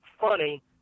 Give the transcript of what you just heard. funny